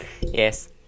Yes